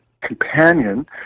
Companion